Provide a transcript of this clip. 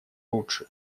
лучше